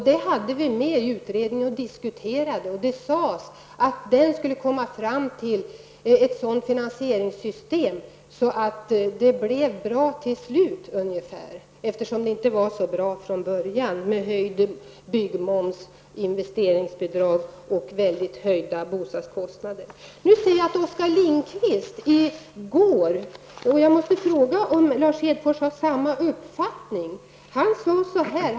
Den diskuterades i utredningen och man sade att man skulle komma fram till ett finansieringssystem som blev bra till slut, eftersom det inte var så bra från början, med höjd byggmoms, investeringsbidrag och mycket höjda boendekostnader. Jag måste fråga Lars Hedfors om han har samma uppfattning som Oskar Lindkvist gav uttryck för i går.